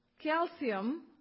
calcium